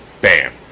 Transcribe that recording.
bam